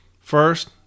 First